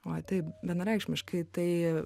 oi taip vienareikšmiškai tai